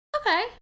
Okay